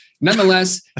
nonetheless